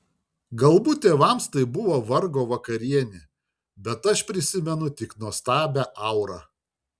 galbūt tėvams tai buvo vargo vakarienė bet aš prisimenu tik nuostabią aurą